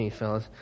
fellas